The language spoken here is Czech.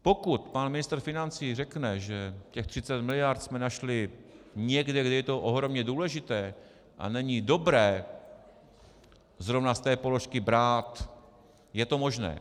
Pokud pan ministr financí řekne, že těch 30 miliard jsme našli někde, kde je to ohromně důležité a není dobré zrovna z té položky brát, je to možné.